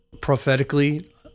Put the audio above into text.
prophetically